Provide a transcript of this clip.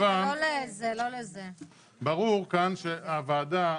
רגע -- ברור כאן שהוועדה,